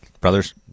brothers